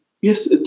yes